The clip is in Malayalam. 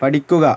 പഠിക്കുക